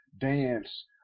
dance